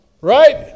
Right